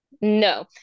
No